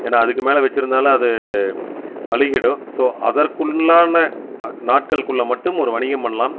ஏன்னால் அதுக்கு மேலே வச்சுருந்தாலும் அது அழுகிடும் ஸோ அதற்குள்ளான நாட்களுக்கு உள்ள மட்டும் ஒரு வணிகம் பண்ணலாம்